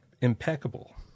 impeccable